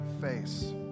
face